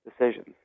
decisions